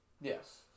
Yes